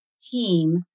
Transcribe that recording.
team